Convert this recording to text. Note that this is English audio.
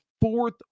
fourth